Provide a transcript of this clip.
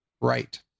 Right